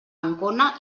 ancona